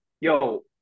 Yo